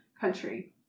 country